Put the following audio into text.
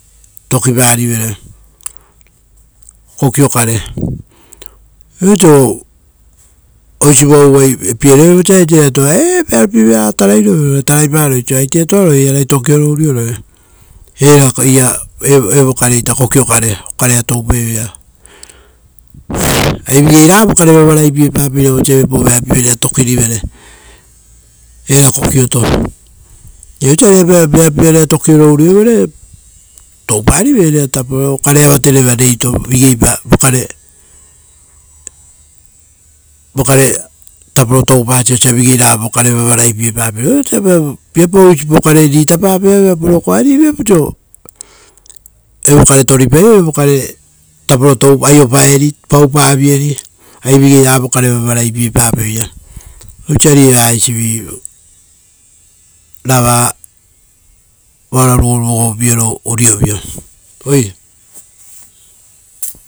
Tokipa rivere kokio kare, viapau oiso osivuavu vai pierivere vosa eisi vera taraipei, ari era vearopie vira raga tarai rovere, tarai pa roi oiso aitetoa ro ira ragai tokio oro uvio roe. Era ira- e- evo kareita kokio kave okarea toupai veira. Ari vigei raga vokare vavarai pie papeira vosa viapau vearo pie vira rera tokirivere, era kokioto. Ari vosa vearo pievira reva tokio uriou vere taupe rivere rera tapo, okarea vatereva reito vigeipa vokare tapo toapasa osa vigei raga voea vavarai pie papeira. Arivosa viapau vokare ritapape aueia poroko, ari viapau oiso evokare toripai vori vokare vori vokare tapo aio paeri, pauri, paupa vieri. Ari vigei raga vokare vavarai pie papeira. Osari evaa eisivi ravava ora rugorugo pie oro urio vio.